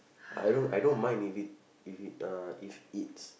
I don't I don't mind if it if it uh if it's